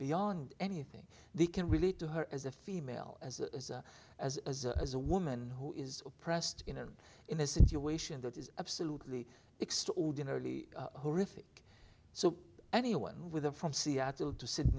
beyond anything they can relate to her as a female as a as as a woman who is oppressed in a in a situation that is absolutely extraordinarily horrific so anyone with her from seattle to s